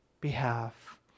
behalf